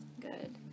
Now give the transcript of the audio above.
Good